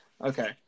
Okay